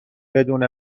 بدون